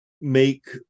make